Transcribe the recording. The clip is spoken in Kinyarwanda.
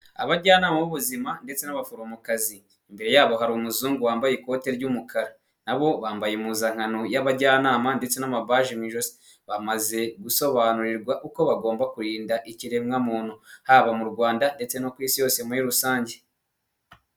Abajyanama b'ubuzima ndetse n'abaforomokazi, imbere yabo hari umuzungu wambaye ikote ry'umukara, nabo bambaye impuzankano y'abajyanama ndetse n'amabaji mu ijosi, bamaze gusobanurirwa uko bagomba kurinda ikiremwamuntu haba mu Rwanda ndetse no ku isi yose muri rusange.